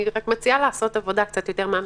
אני מציעה לעשות עבודה קצת יותר מעמיקה.